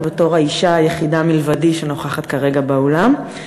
בתור האישה מלבדי שנוכחת כרגע באולם.